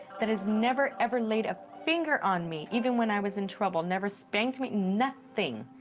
that has never, ever laid a finger on me, even when i was in trouble, never spanked me, nothing.